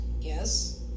Yes